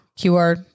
QR